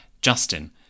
Justin